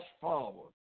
forward